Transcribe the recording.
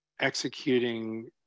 Executing